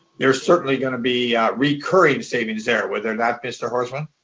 there's certainly going to be recurring savings there, will there not, mr. horstman?